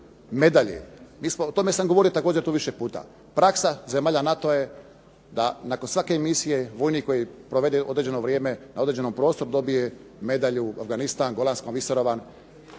medalje. O tome sam govorio također tu više puta. Praksa zemalja NATO-a je da nakon svake misije, vojnik koji provede određeno vrijeme na određenom prostoru dobije medalju Afganistan, …/Govornik